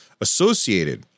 associated